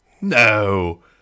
No